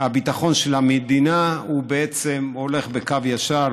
הביטחון של המדינה בעצם הולך בקו ישר,